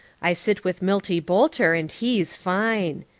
i sit with milty boulter and he's fine.